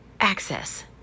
access